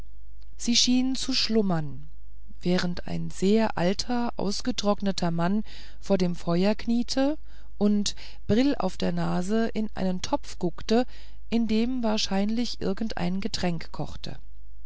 sie schien zu schlummern während ein sehr alter ausgetrockneter mann vor dem feuer kniete und brill auf der nase in einen topf guckte in dem wahrscheinlich irgendein getränk kochte